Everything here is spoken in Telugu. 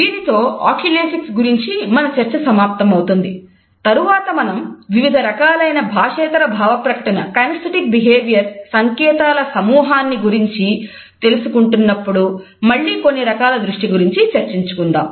దీనితో ఆక్యూలేసిక్స్ సంకేతాల సమూహాన్ని గురించి తెలుసుకుంటున్నప్పుడు మళ్లీ కొన్ని రకాల దృష్టి గురించి చర్చించుకుందాం